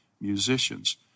musicians